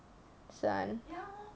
sun